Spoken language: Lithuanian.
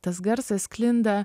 tas garsas sklinda